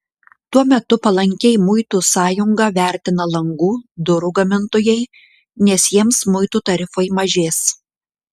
tuo metu palankiai muitų sąjungą vertina langų durų gamintojai nes jiems muitų tarifai mažės